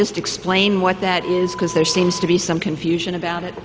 just explain what that is because there seems to be some confusion about it